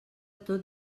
tot